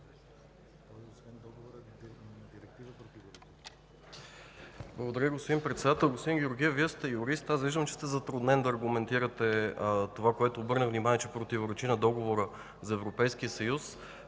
Благодаря, господин Председател. Господин Георгиев, Вие сте юрист. Аз виждам, че сте затруднен да аргументирате това, на което обърнах внимание, че противоречи на Договора за Европейския съюз.